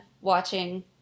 watching